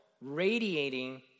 radiating